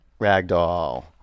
ragdoll